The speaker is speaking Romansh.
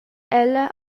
ella